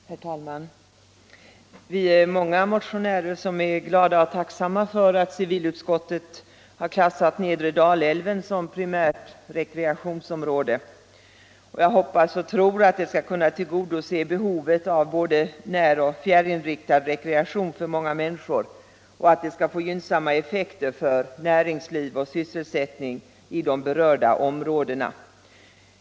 Herr talman! Vi är många motionärer som är glada och tacksamma för att civilutskottet har klassat nedre Dalälven som primärt rekreationsområde. Jag hoppas och tror att det skall kunna tillgodose behovet av både näroch fjärrinriktad rekreation för många människor och att det skall få gynnsamma effekter för näringsliv och sysselsättning i de berörda områdena.